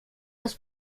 das